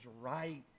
right